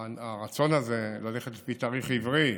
הרצון הזה ללכת לפי תאריך עברי,